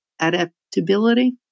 adaptability